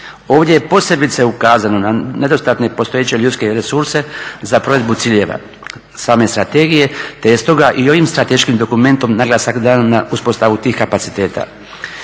Ovdje je posebice ukazano na nedostatne postojeće ljudske resurse za provedbu ciljeva same strategije, te je stoga i ovim strateškim dokumentom naglasak dan na uspostavu tih kapaciteta.